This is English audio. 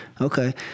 Okay